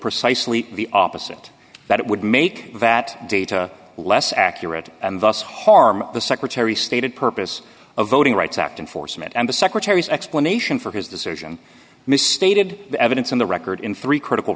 precisely the opposite that it would make that data less accurate and thus harm the secretary stated purpose of voting rights act and force met and the secretary's explanation for his decision misstated the evidence in the record in three critical